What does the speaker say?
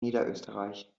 niederösterreich